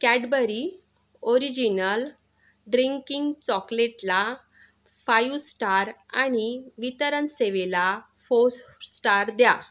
Cadbury original drinking चॉकलेटला five star आणि वितरन सेवेला फोस स्टार द्या